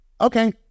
Okay